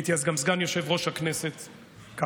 הייתי אז גם סגן יושב-ראש הכנסת כמוך.